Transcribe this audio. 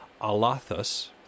Alathus